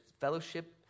fellowship